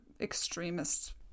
extremists